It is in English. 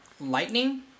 lightning